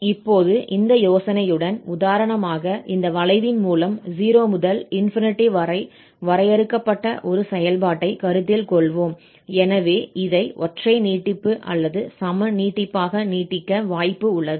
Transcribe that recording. இப்போது இந்த யோசனையுடன் உதாரணமாக இந்த வளைவின் மூலம் 0 முதல் வரை வரையறுக்கப்பட்ட ஒரு செயல்பாட்டைக் கருத்தில் கொள்வோம் எனவே இதை ஒற்றை நீட்டிப்பு அல்லது சம நீட்டிப்பாக நீட்டிக்க வாய்ப்பு உள்ளது